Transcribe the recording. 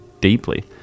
deeply